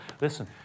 listen